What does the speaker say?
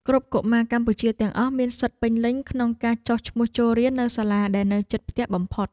គ្រប់កុមារកម្ពុជាទាំងអស់មានសិទ្ធិពេញលេញក្នុងការចុះឈ្មោះចូលរៀននៅសាលាដែលនៅជិតផ្ទះបំផុត។